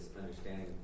understanding